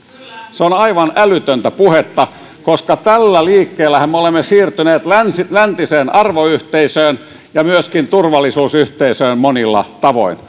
se on aivan älytöntä puhetta koska tällä liikkeellähän me olemme siirtyneet läntiseen läntiseen arvoyhteisöön ja myöskin turvallisuusyhteisöön monilla tavoin